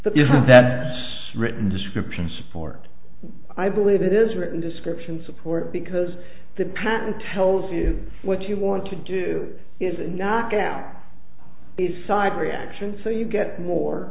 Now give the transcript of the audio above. but that isn't written description support i believe it is written descriptions support because the patent tells you what you want to do is knock out the side reaction so you get more